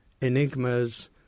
enigmas